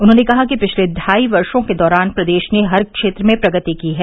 उन्होंने कहा कि पिछले ढाई वर्षो के दौरान प्रदेश ने हर क्षेत्र में प्रगति की है